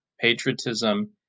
patriotism